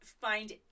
find